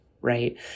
right